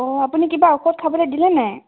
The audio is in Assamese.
অ আপুনি কিবা ঔষধ খাবলে দিলে নাই